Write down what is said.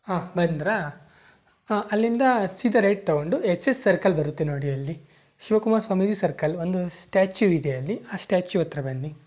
ಹಾಂ ಬಂದಿರಾ ಅಲ್ಲಿಂದ ಸೀದಾ ರೈಟ್ ತೊಗೊಂಡು ಎಸ್ ಎಸ್ ಸರ್ಕಲ್ ಬರುತ್ತೆ ನೋಡಿ ಅಲ್ಲಿ ಶಿವಕುಮಾರಸ್ವಾಮೀಜಿ ಸರ್ಕಲ್ ಒಂದು ಸ್ಟ್ಯಾಚ್ಯು ಇದೆ ಅಲ್ಲಿ ಆ ಸ್ಟ್ಯಾಚ್ಯು ಹತ್ರ ಬನ್ನಿ